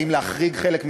האם להחריג חלק,